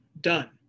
done